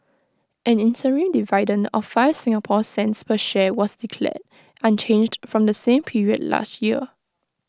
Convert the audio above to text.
an interim dividend of five Singapore cents per share was declared unchanged from the same period last year